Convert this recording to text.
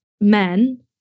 men